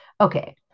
Okay